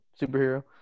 superhero